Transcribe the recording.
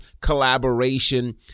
collaboration